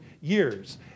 years